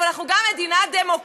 אבל אנחנו גם מדינה דמוקרטית.